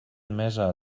admesa